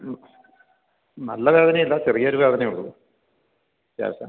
നല്ല വേദനയല്ല ചെറിയൊരു വേദനയുള്ളൂ ഗ്യാസ് ആണ്